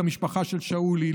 המשפחה של שאולי,